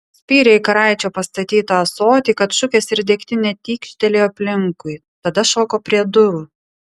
spyrė į karaičio pastatytą ąsotį kad šukės ir degtinė tykštelėjo aplinkui tada šoko prie durų